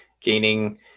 gaining